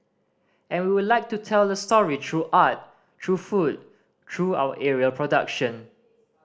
and we like to tell the story through art through food through our aerial production